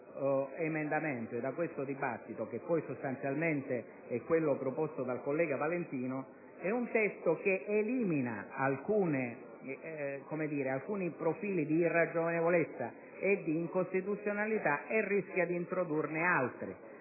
testo che scaturisce da questo dibattito, che nella sostanza è quello proposto dal collega Valentino, elimina alcuni profili di irragionevolezza e di incostituzionalità, ma rischia di introdurne altri.